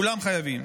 כולם חייבים.